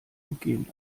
entgehen